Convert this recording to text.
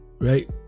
right